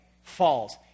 Falls